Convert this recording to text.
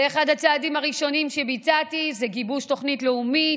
אחד הצעדים הראשונים שביצעתי זה גיבוש תוכנית לאומית,